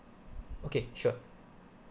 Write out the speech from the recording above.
okay sure